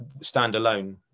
standalone